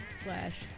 slash